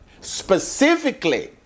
specifically